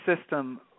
system